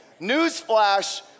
newsflash